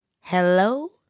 Hello